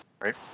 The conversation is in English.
Right